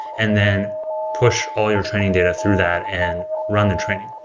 and then push all your training data through that and run the training.